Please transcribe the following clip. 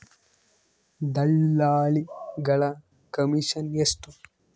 ದಲ್ಲಾಳಿಗಳ ಕಮಿಷನ್ ಎಷ್ಟು?